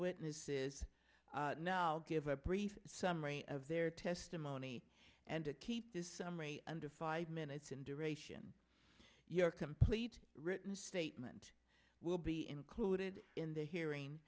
witnesses now give a brief summary of their testimony and to keep this summary under five minutes in duration your complete written statement will be included in the hearing